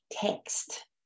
text